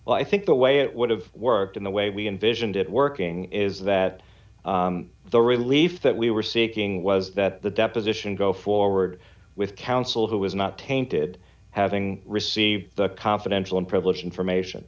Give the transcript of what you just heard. well i think the way it would have worked in the way we envisioned it working is that the relief that we were seeking was that the deposition go forward with counsel who was not tainted having received the confidential and privileged information